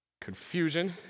Confusion